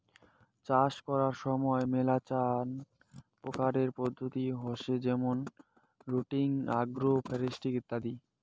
চাষ করার সময় মেলাচান প্রকারের পদ্ধতি হসে যেমন রোটেটিং, আগ্রো ফরেস্ট্রি ইত্যাদি